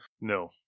No